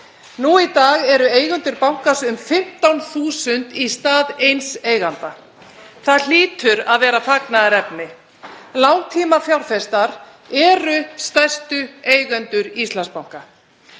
Í dag eru eigendur bankans um 15.000 í stað eins eiganda. Það hlýtur að vera fagnaðarefni. Langtímafjárfestar eru stærstu eigendur Íslandsbanka.